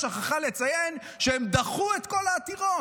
היא שכחה לציין שהם דחו את כל העתירות.